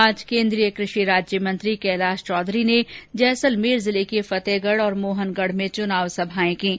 आज केन्द्रीय कृषि राज्यमंत्री कैलाश चौधरी ने जैसलमेर जिले के फतेहगढ़ और मोहनगढ़ में चुनाव सभाएं कीं